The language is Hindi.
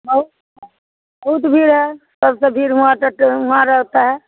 बहुत बहुत भीड़ है सबसे भीड़ हुआ तो हाँ रहता है